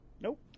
nope